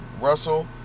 Russell